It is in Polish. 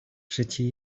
przecie